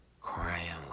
crying